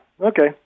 Okay